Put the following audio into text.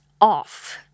off